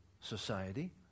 society